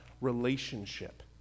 relationship